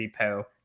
repo